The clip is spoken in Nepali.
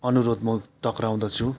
अनुरोध म टक्र्याउँदछु